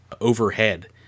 overhead